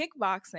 kickboxing